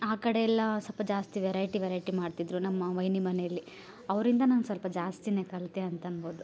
ಆ ಕಡೆ ಎಲ್ಲಾ ಸ್ವಲ್ಪ ಜಾಸ್ತಿ ವೆರೈಟಿ ವೆರೈಟಿ ಮಾಡ್ತಿದ್ದರು ನಮ್ಮ ವಯ್ನಿ ಮನೆಲಿ ಅವರಿಂದ ನಾನು ಸ್ವಲ್ಪ ಜಾಸ್ತಿನೆ ಕಲ್ತೆ ಅಂತ ಅನ್ಬೋದು